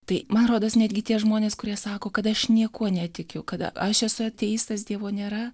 tai man rodos netgi tie žmonės kurie sako kad aš niekuo netikiu kad aš esu ateistas dievo nėra